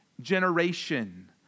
generation